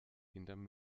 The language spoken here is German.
hinterm